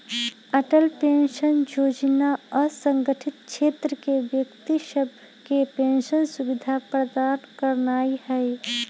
Atal pension जोजना असंगठित क्षेत्र के व्यक्ति सभके पेंशन सुविधा प्रदान करनाइ हइ